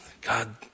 God